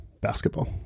basketball